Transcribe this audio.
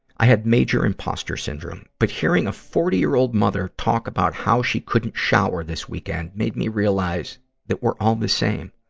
i had major imposter syndrome. but hearing a forty year old mother talk about how she couldn't shower this weekend made me realize that we're all the same.